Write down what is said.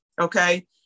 okay